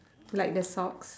like the socks